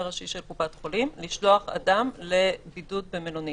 ראשי של קופת חולים לשלוח אדם לבידוד במלונית.